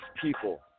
people